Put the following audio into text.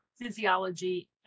physiology